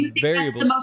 variables